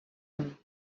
him